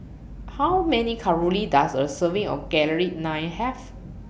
How Many Calories Does A Serving of Garlic Naan Have